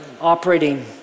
operating